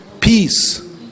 peace